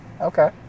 Okay